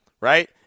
right